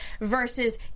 versus